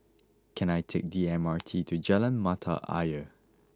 can I take the M R T to Jalan Mata Ayer